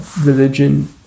religion